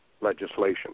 legislation